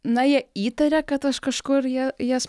na jie įtarė kad aš kažkur ją jas